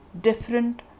different